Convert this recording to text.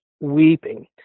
weeping